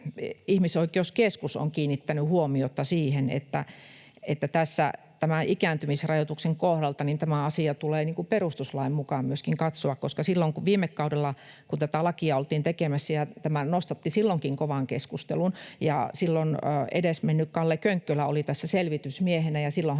Ihmisoikeuskeskus on kiinnittänyt huomiota siihen, että tämän ikääntymisrajoituksen kohdalta tämä asia tulee perustuslain mukaan myöskin katsoa. Viime kaudellakin, kun tätä lakia oltiin tekemässä, tämä nostatti kovan keskustelun. Silloin edesmennyt Kalle Könkkölä oli tässä selvitysmiehenä,